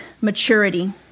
maturity